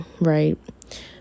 right